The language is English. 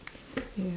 ya